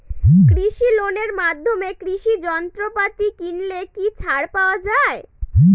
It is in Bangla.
কৃষি লোনের মাধ্যমে কৃষি যন্ত্রপাতি কিনলে কি ছাড় পাওয়া যায়?